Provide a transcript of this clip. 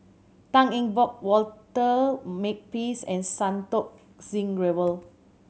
Tan Eng Bock Walter Makepeace and Santokh Singh Grewal